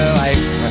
life